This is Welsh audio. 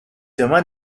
dyma